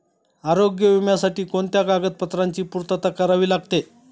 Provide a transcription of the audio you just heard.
आरोग्य विम्यासाठी कोणत्या कागदपत्रांची पूर्तता करावी लागते?